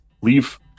leave